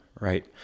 right